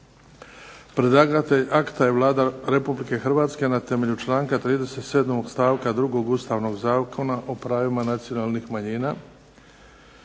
Predlagatelj akta je Vlada Republike Hrvatske. Na temelju članka 37. stavka 2. Ustavnog zakona o pravima nacionalnih manjina.